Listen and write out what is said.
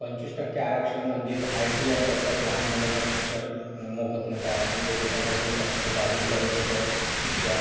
पंचवीस टक्के आरक्षण म्हणजेच आय टी अंतर्गत लहान मुलांना शिक्षण मोफत मिळतात म्हणजे नर्सरीपासून तर दहावीपर्यंतचं शिक्षण